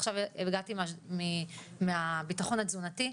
עכשיו הגעתי מהביטחון התזונתי.